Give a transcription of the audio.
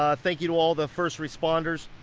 ah thank you to all the first responders.